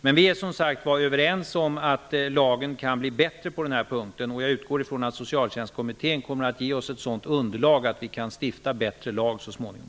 Men vi är som sagt var överens om att lagen kan bli bättre på denna punkt, och jag utgår ifrån att Socialtjänstkommittén kommer att ge oss ett sådant underlag att vi kan stifta bättre lagar så småningom.